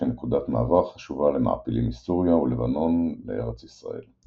כנקודת מעבר חשובה למעפילים מסוריה ולבנון לארץ ישראל.